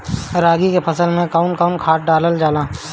रागी के फसल मे कउन कउन खाद डालल जाला?